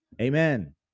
Amen